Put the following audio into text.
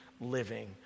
living